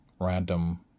random